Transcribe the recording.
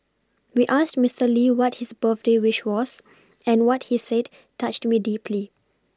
we asked Mister Lee what his birthday wish was and what he said touched me deeply